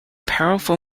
powerful